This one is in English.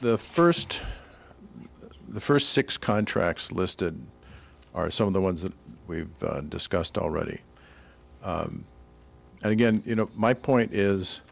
the first the first six contracts listed are some of the ones that we've discussed already and again you know my point is